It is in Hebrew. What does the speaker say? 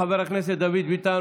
חבר הכנסת דוד ביטן,